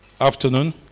afternoon